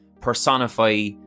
personify